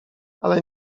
ale